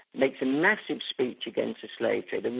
makes a massive speech against the slave trade, and